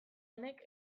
honek